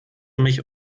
mich